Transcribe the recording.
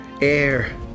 air